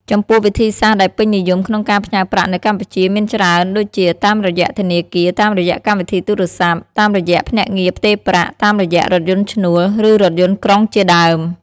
ចំពោះ វិធីសាស្រ្តដែលពេញនិយមក្នុងការផ្ញើប្រាក់នៅកម្ពុជាមានច្រើនដូចជា តាមរយៈធនាគារ តាមរយៈកម្មវិធីទូរស័ព្ទ តាមរយៈភ្នាក់ងារផ្ទេរប្រាក់ តាមរយៈរថយន្តឈ្នួល ឬរថយន្តក្រុងជាដើម។